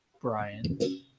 brian